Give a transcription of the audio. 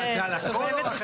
הניצחון.